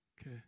Okay